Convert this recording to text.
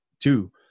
two